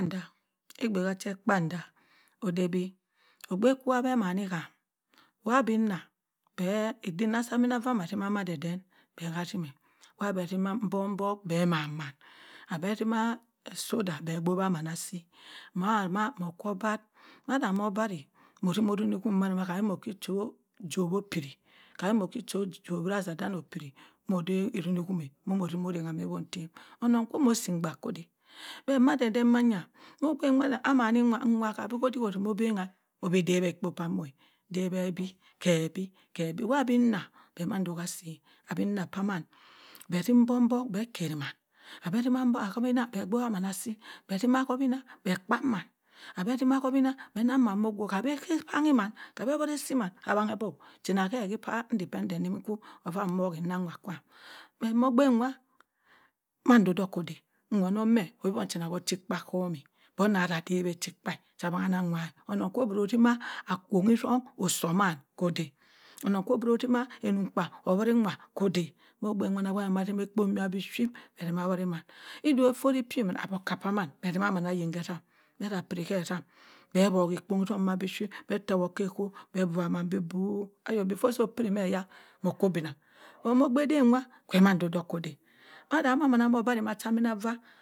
. Ndah egbeha che kpandah ode- bi ogbe kwa beh amani ham wah abin nna beh eden samina avat nah atima dedeh beh hah atime wah abeh atimi mbok mbok beh manman abeh timah soda beh gbowaman asi ma mohr okwu obarr mata mohr obarreh moh utimo enineyon mma hemo ochu chu bo piri kah ma keh cho pob egbira sadeneh opiri modeh erinihon utimo orengha peh eden ntem oneng kwu moh osim mbre ko odey beh ma ade de mayan moh ogben kwa amani nwa kah udik utimo obengha. Obok edewe ekpo pah nwer dewe kebi kebi. Nna beh mah otokk asi abin nna pah maan beh timi mbok mbok abah kere maan abi ntima agbowa aman asi beh tima hokwina beh kpat man abeh atima ahowina beh kpanhi man abeh man na asi naan chena heh heh epa ndine oko nwa boh heh enanghe nwa kwam meh moh ogbe nwa mando dok keh edeh nwa noh meh ochina koh ochikpa hom boh nata adewe ekpah cha bah ha nwa oneng atima akwonyi etong suh maan koh odeh munun kwo buro utima enung kpa okeri nwa koh odey moh ogbe nwa ana timeh ekpo boh bi ship atimah awere mann edi eforh epiwimana akapa maan ayin ken etsam beh hah piri etsam beh woghe tong beh ship beh towoh keh ehoh beh buba ma oso upiri meh eya mo koh obina ogbe ede ede nwa kwe man dok- dok koh odeh ada mann oberi mah hah amineva.